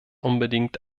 unbedingt